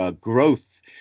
growth